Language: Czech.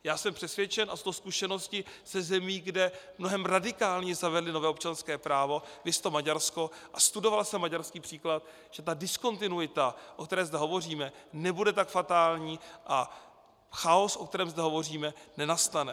Já jsem přesvědčen, a ze zkušeností ze zemí, kde mnohem radikálně zavedli nové občanské právo, viz Maďarsko, a studoval jsem maďarský příklad, že ta diskontinuita, o které zde hovoříme, nebude tak fatální a chaos, o kterém zde hovoříme, nenastane.